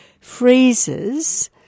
freezes